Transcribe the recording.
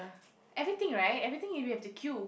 everything right everything you will have to queue